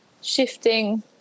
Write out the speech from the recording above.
shifting